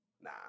Nah